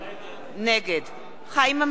נגד חיים אמסלם,